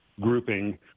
grouping